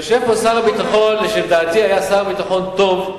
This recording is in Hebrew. יושב פה שר הביטחון, שלדעתי היה שר ביטחון טוב,